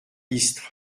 istres